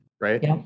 Right